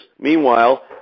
Meanwhile